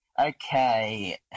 Okay